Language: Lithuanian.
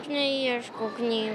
neieškau knygų